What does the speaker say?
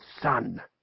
son